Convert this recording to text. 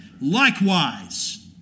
Likewise